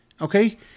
Okay